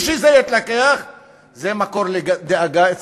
בעצם מכל מקום בארץ